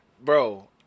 bro